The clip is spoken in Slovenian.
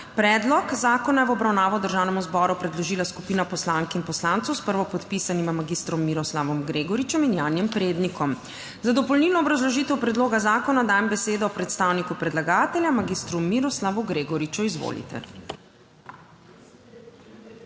Predlog zakona je v obravnavo Državnemu zboru predložila skupina poslank in poslancev s prvopodpisanima mag. Miroslavom Gregoričem in Janijem Prednikom. Za dopolnilno obrazložitev predloga zakona dajem besedo predstavniku predlagatelja mag. Miroslavu Gregoriču. Izvolite.